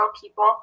people